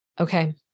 Okay